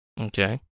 okay